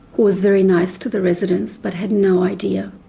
was very nice to the residents but had no idea.